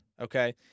okay